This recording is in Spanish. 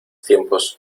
tiempos